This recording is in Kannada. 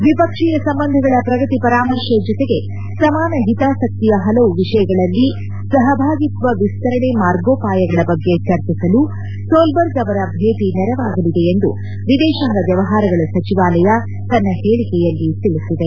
ದ್ವಿಪಕ್ಷೀಯ ಸಂಬಂಧಗಳ ಪ್ರಗತಿ ಪರಾಮರ್ಶೆ ಜೊತೆಗೆ ಸಮಾನ ಹಿತಾಸಕ್ತಿಯ ಹಲವು ವಿಷಯಗಳಲ್ಲಿ ಸಹಭಾಗಿತ್ವ ವಿಸ್ತರಣೆ ಮಾರ್ಗೋಪಾಯಗಳ ಬಗ್ಗೆ ಚರ್ಚಿಸಲು ಸೋಲ್ಬರ್ಗ್ ಅವರ ಭೇಟಿ ನೆರವಾಗಲಿದೆ ಎಂದು ವಿದೇಶಾಂಗ ವ್ಯವಹಾರಗಳ ಸಚಿವಾಲಯ ತನ್ನ ಹೇಳಿಕೆಯಲ್ಲಿ ತಿಳಿಸಿದೆ